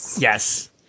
yes